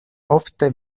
ofte